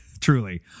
truly